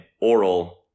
oral